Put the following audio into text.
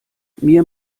mir